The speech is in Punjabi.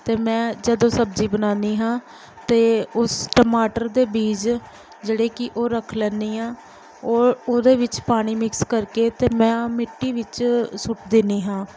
ਅਤੇ ਮੈਂ ਜਦੋਂ ਸਬਜ਼ੀ ਬਣਾਉਂਦੀ ਹਾਂ ਤਾਂ ਉਸ ਟਮਾਟਰ ਦੇ ਬੀਜ ਜਿਹੜੇ ਕਿ ਉਹ ਰੱਖ ਲੈਂਦੀ ਹਾਂ ਔਰ ਉਹਦੇ ਵਿੱਚ ਪਾਣੀ ਮਿਕਸ ਕਰਕੇ ਅਤੇ ਮੈਂ ਮਿੱਟੀ ਵਿੱਚ ਸੁੱਟ ਦਿੰਦੀ ਹਾਂ